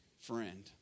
friend